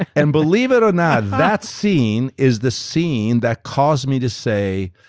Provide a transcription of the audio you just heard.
and believe it or not, that scene is the scene that caused me to say,